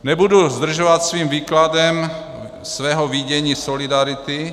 Nebudu zdržovat výkladem svého vidění solidarity.